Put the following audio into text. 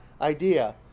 idea